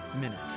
minute